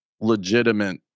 legitimate